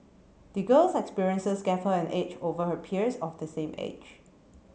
the girl's experiences gave her an edge over her peers of the same age